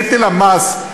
נטל המס,